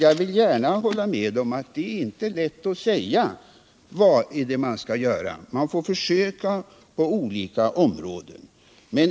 Jag håller gärna med dem om att det inte är lätt att säga vad vi skall göra — vi får försöka på olika områden.